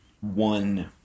one